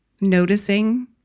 noticing